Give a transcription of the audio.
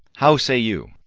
how say you?